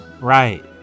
Right